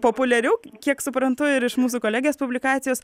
populiariau kiek suprantu ir iš mūsų kolegės publikacijos